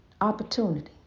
Opportunity